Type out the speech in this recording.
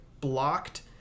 blocked